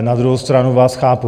Na druhou stranu vás chápu.